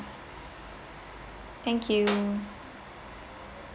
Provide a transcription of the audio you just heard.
thank you